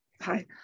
Hi